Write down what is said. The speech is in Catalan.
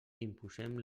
imposem